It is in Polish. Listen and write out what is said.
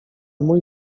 mój